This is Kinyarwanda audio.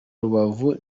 rubavu